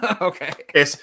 Okay